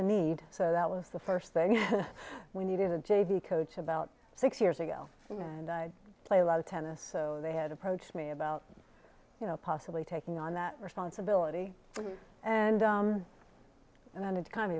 a need so that was the first thing we needed a j v coach about six years ago and i play a lot of tennis so they had approached me about you know possibly taking on that responsibility and then it kind of